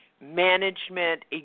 management